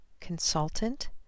consultant